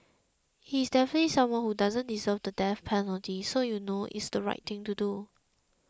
he is definitely someone who doesn't deserve the death penalty so you know it's the right thing to do